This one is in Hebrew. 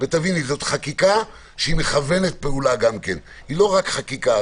זאת חקיקה שגם מכוונת פעולה, היא לא רק חקיקה.